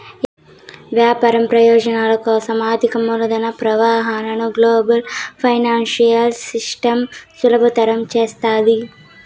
వ్యాపార ప్రయోజనాల కోసం ఆర్థిక మూలధన ప్రవాహాలను గ్లోబల్ ఫైనాన్సియల్ సిస్టమ్ సులభతరం చేస్తాది